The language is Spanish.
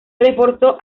reforzó